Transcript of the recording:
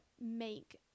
make